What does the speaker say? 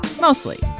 Mostly